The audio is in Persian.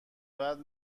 بعد